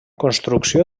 construcció